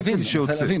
שיוצא.